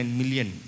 million